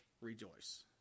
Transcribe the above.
rejoice